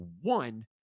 one